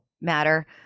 matter